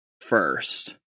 first